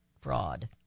fraud